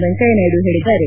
ವೆಂಕಯ್ಯ ನಾಯ್ದು ಹೇಳಿದ್ದಾರೆ